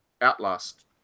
Outlast